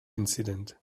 incident